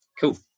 Cool